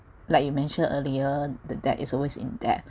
like you mentioned earlier the debt is always in debt